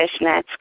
Fishnets